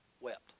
wept